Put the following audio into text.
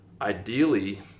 ideally